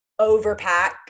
overpack